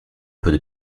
peu